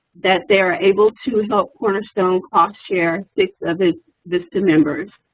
that they are able to so cornerstone cost-share six of its vista members.